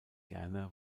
gerne